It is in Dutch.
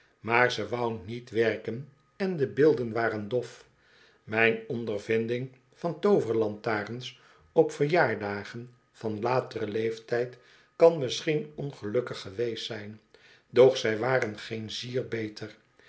maar ze wou niet werken en de beelden waren dof mijn ondervinding van tooverlantarens op verjaardagen van lateren leeftijd kan misschien ongelukkig geweest zyn doch zij waren geen zier beter